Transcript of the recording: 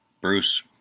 Bruce